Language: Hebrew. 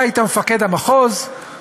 אתה היית מפקד המחוז,